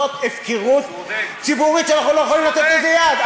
זאת הפקרות ציבורית, ואנחנו לא יכולים לתת לזה יד.